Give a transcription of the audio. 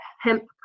hemp